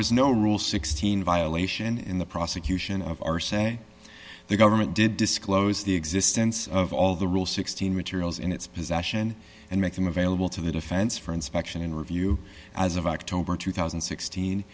was no rule sixteen violation in the prosecution of our say the government did disclose the existence of all the rule sixteen materials in its possession and make them available to the defense for inspection and review as of october two thousand and sixteen